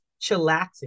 chillaxing